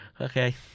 Okay